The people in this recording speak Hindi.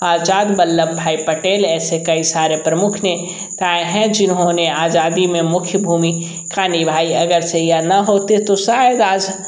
आजाद वल्लभ भाई पटेल ऐसे कई सारे प्रमुख ने ता है जिन्होंने आज़ादी मे मुख्य भूमि का निभाई अगरचे यह ना होते तो शायद आज